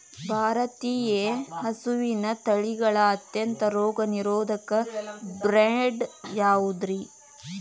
ಭಾರತೇಯ ಹಸುವಿನ ತಳಿಗಳ ಅತ್ಯಂತ ರೋಗನಿರೋಧಕ ಬ್ರೇಡ್ ಯಾವುದ್ರಿ?